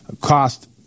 cost